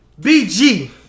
BG